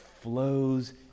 flows